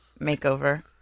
makeover